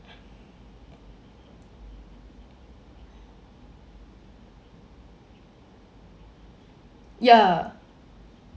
ya